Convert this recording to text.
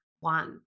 one